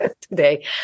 today